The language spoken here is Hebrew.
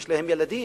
יש להם ילדים.